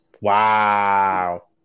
Wow